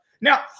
Now